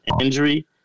injury